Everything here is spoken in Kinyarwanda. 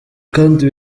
kandi